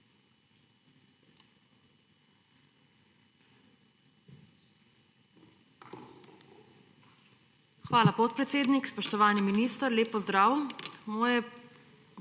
Hvala, podpredsednik. Spoštovani minister, lep pozdrav! Moje